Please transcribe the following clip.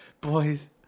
Boys